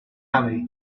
ellie